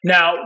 Now